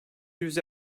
yüz